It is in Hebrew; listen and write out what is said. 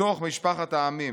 בתוך משפחת העמים.